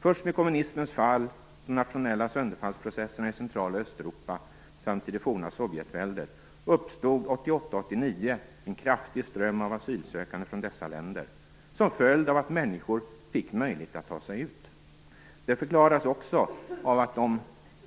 Först med kommunismens fall och de nationella sönderfallsprocesserna i Central och Östeuropa samt i det forma Sovjetväldet uppstod 1988 och 1989 en kraftig ström av asylsökande från dessa länder som följd av att människor fick möjlighet att ta sig ut. Det förklaras också av att de